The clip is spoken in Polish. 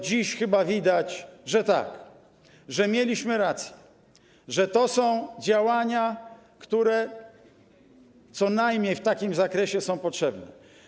Dziś chyba widać, że tak, że mieliśmy rację, że są to działania, które co najmniej w takim zakresie są potrzebne.